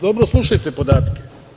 Dobro slušajte podatke.